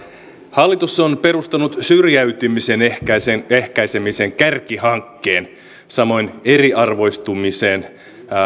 hallitus on perustanut syrjäytymisen ehkäisemisen kärkihankkeen samoin eriarvoistumiseen